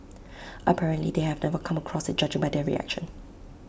apparently they have never come across IT judging by their reaction